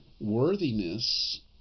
worthiness